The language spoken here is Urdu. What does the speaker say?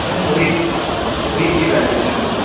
میم وہی وہی چیز آئی ہے ہمارے پاس